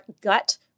gut